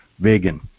Vegan